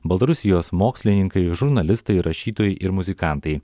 baltarusijos mokslininkai žurnalistai rašytojai ir muzikantai